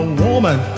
woman